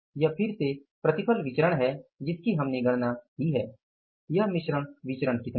यह फिर से प्रतिफल विचरण है जिसकी हमने गणना की है यहां मिश्रण विचरण कितना था